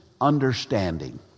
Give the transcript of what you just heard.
Understanding